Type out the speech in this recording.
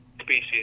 species